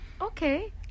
Okay